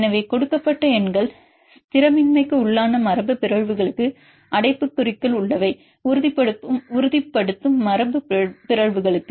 எனவே கொடுக்கப்பட்ட எண்கள் ஸ்திரமின்மைக்குள்ளான மரபு பிறழ்வுகளுக்கு அடைப்புக் குறிக்குள் உள்ளவை உறுதிப்படுத்தும் மரபு பிறழ்வுகளுக்கு